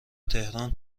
تهران